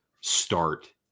start